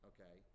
Okay